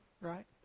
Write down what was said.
right